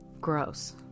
Gross